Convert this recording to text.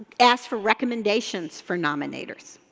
ask for recommendations for nominators.